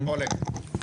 שם, בבקשה.